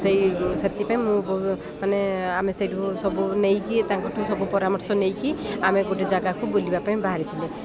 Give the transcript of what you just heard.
ସେଇ ସେଥିପାଇଁ ମୁଁ ମାନେ ଆମେ ସେଇଠୁ ସବୁ ନେଇକି ତାଙ୍କଠୁ ସବୁ ପରାମର୍ଶ ନେଇକି ଆମେ ଗୋଟେ ଜାଗାକୁ ବୁଲିବା ପାଇଁ ବାହାରିଥିଲୁ